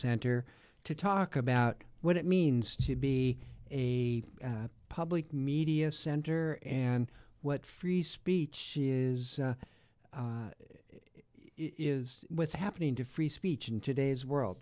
center to talk about what it means to be a public media center and what free speech is in it is what's happening to free speech in today's world